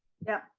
yeah,